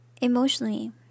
emotionally